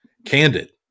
candid